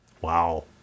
Wow